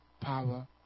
power